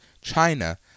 China